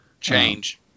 change